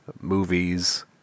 movies